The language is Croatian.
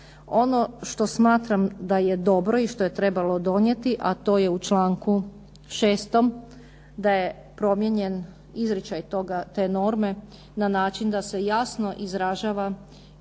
Ono što smatram da je dobro i što je trebalo donijeti, a to je u članku 6. da je promijenjen izričaj te norme na način da se jasno izražava i određuje